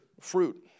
fruit